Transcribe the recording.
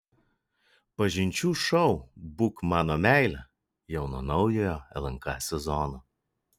pažinčių šou būk mano meile jau nuo naujojo lnk sezono